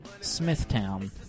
Smithtown